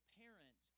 parent